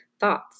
thoughts